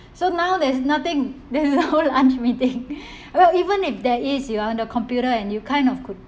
so now there's nothing there's no the lunch meeting even if there is you know the computer and you kind of could